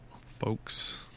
folks